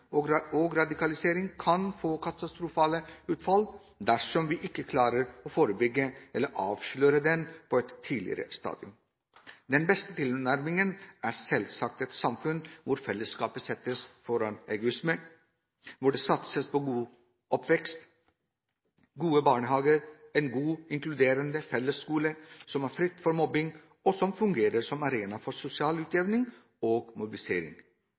og radikalisering kan gi seg katastrofale utslag dersom vi ikke klarer å forebygge eller avsløre det på et tidligere stadium. Den beste tilnærmingen er selvsagt et samfunn hvor fellesskap settes foran egoisme, hvor det satses på en god oppvekst, gode barnehager, en god, inkluderende fellesskole som er fri for mobbing, og som fungerer som arena for sosial utjevning, mobilisering og